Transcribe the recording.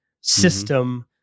system